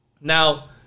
now